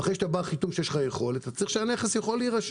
ואחרי שאתה בר חיתום ויש לך יכולת צריך שהנכס יוכל להירשם.